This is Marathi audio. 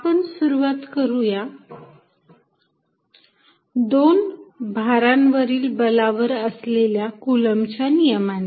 आपण सुरुवात करुया दोन भारांवरील बलावर असलेल्या कुलम्बच्या नियमाने